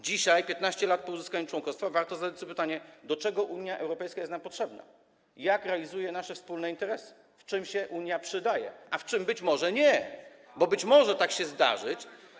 Dzisiaj, 15 lat po uzyskaniu członkostwa, warto zadać sobie pytanie, do czego Unia Europejska jest nam potrzebna, jak realizuje nasze wspólne interesy, w czym się Unia przydaje, a w czym być może nie, bo może tak się zdarzyć.